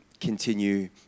continue